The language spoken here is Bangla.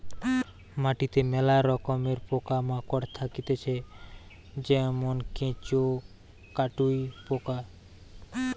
মাটিতে মেলা রকমের পোকা মাকড় থাকতিছে যেমন কেঁচো, কাটুই পোকা